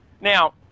Now